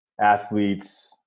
athletes